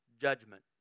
judgment